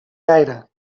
gaire